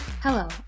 Hello